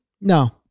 No